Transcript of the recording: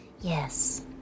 Yes